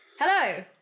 Hello